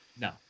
no